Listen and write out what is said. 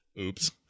Oops